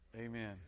Amen